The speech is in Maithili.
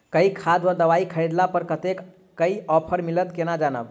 केँ खाद वा दवाई खरीदला पर कतेक केँ ऑफर मिलत केना जानब?